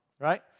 right